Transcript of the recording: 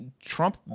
Trump